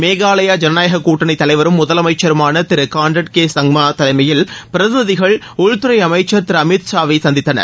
மேகாலயா ஜனநாயகக் கூட்டணி தலைவரும் முதலமைச்சருமான திருகான்ரட் கே சங்மா தலைமையில் பிரதிநிதிகள் உள்துறை அமைச்சர் திரு அமித்சாவை சந்தித்தனர்